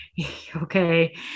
okay